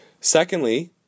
Secondly